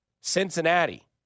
Cincinnati